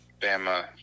Bama